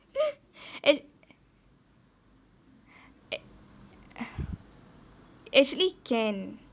actually can